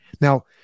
Now